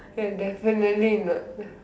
uh definitely not